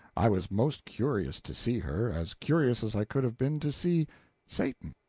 i was most curious to see her as curious as i could have been to see satan.